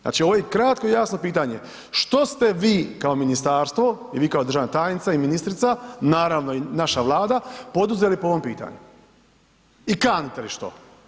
Znači ovo je kratko i jasno pitanje, što ste vi kao ministarstvo i vi kao državna tajnica i ministrica, naravno i naša Vlada poduzeli po ovom pitanju i kanite li što?